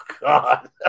God